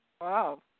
Wow